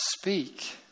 speak